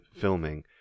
filming